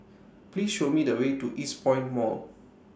Please Show Me The Way to Eastpoint Mall